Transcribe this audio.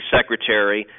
Secretary